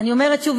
אני אומרת שוב,